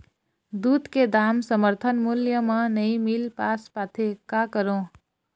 दूध के दाम समर्थन मूल्य म नई मील पास पाथे, का करों?